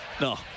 No